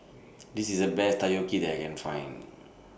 This IS The Best Takoyaki that I Can Find